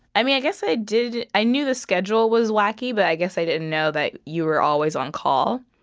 i mean, i guess i did i knew the schedule was wacky, but i guess i didn't know that you were always on call.